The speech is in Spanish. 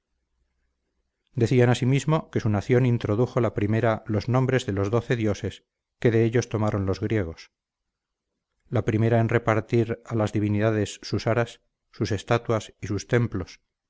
decían asimismo que su nación introdujo la primera los nombres de los doce dioses que de ellos tomaron los griegos la primera en repartir a las divinidades sus aras sus estatuas y sus templos